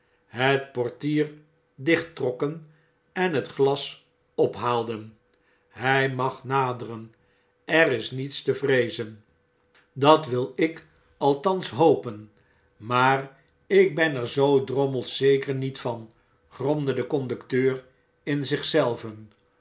het portier dicht trokken en het glas ophaalden hij mag naderen er is niets te vreezen dat wil ik althans hopen maar ik ben er zoo drommels zeker niet van gromde de conducteur in zich zelven